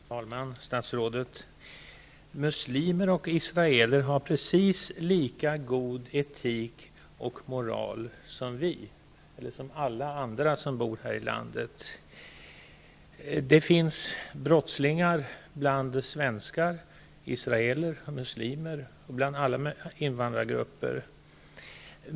Fru talman! Fru statsrådet! Muslimer och israeler har precis lika god etik och moral som vi och alla andra som bor här i landet. Det finns brottslingar bland svenskar, israeler och muslimer, och bland alla invandrargrupper.